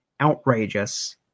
outrageous